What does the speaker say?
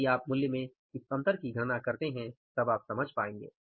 यदि आप मूल्य में इस अंतर की गणना करते हैं तब आप समझ पाएंगे